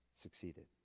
succeeded